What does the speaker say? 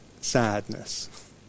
sadness